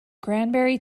granbury